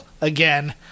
again